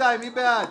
22, מי בעד?